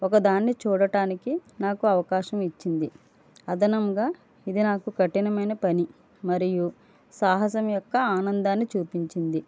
ఒక దాన్ని చూడడానికి నాకు అవకాశం ఇచ్చింది అదనంగా ఇది నాకు కఠినమైన పని మరియు సాహసం యొక్క ఆనందాన్ని చూపించింది